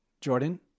Jordan